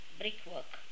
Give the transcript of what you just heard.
brickwork